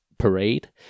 Parade